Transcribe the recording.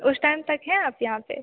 उस टाइम तक हैं आप यहाँ पर